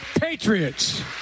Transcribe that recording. Patriots